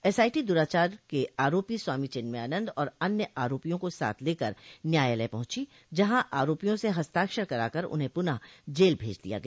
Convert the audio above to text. SIT दुराचार के आरोपी स्वामी चिन्मयानन्द और अन्य आरोपियों को साथ लेकर न्यायालय पहुंची जहां आरोपियों से हस्ताक्षर कराकर उन्हें पुनः जेल भेज दिया गया